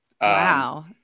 Wow